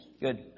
Good